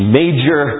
major